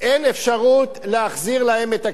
אין אפשרות להחזיר להם את הכסף.